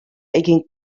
egin